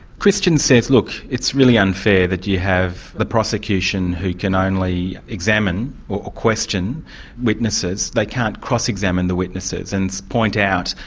christian says look, it's really unfair that you have the prosecution who can only examine or question witnesses. they can't cross-examine the witnesses, and point out,